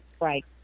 right